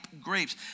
grapes